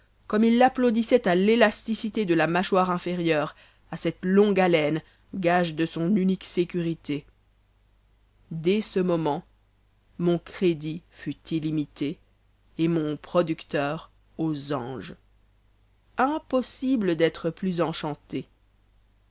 comme il applaudissait à l'élasticité de la mâchoire inférieure à cette longue haleine gage de son unique sécurité dès ce moment mon crédit fut illimité et mon producteur aux anges impossible d'être plus enchanté